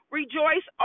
Rejoice